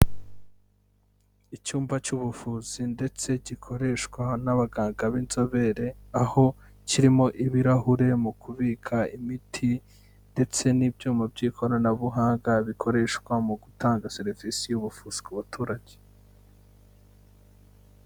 Icyumba cy'ubuvuzi ndetse gikoreshwa n'abaganga b'inzobere aho kirimo ibirahuri mu kubika imiti ndetse n'ibyuma by'ikoranabuhanga bikoreshwa mu gutanga serivisi y'ubuvuzi ku baturage.